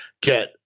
get